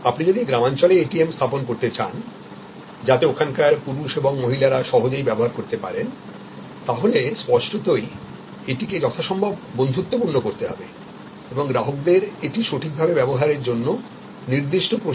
আপনি যদি গ্রামাঞ্চলে এটিএম স্থাপন করতে চান যাতে ওখানকার পুরুষ এবং মহিলারা সহজেই ব্যবহার করতে পারেন তাহলে স্পষ্টতই এটিকে যথাসম্ভব বন্ধুত্বপূর্ণ করতে হবে এবং গ্রাহকদের এটি সঠিকভাবে ব্যবহারের জন্য নির্দিষ্ট প্রশিক্ষণ প্রদান করতে হবে